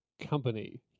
company